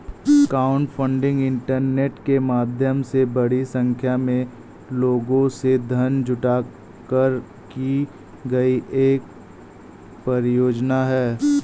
crowdfunding internet के माध्यम से बड़ी संख्या में लोगों से धन जुटाकर की गई एक परियोजना है